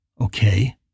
Okay